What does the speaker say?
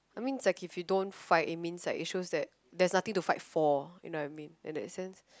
I mean it's like if you don't fight it means like it shows that there's nothing to fight for you know what I mean in that sense